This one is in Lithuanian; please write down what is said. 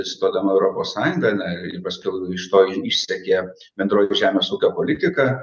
stodama į europos sąjungą na ir paskiau iš to išsekė bendroji žemės ūkio politika